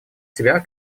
себя